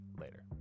Later